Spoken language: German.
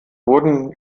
wurden